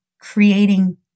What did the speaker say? creating